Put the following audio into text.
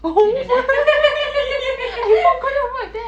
oh my I forgot about that